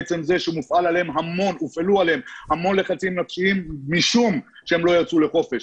בעצם זה שהופעלו עליהם לחצים נפשיים משום שהם לא יצאו לחופש.